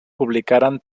publicaren